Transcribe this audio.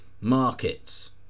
markets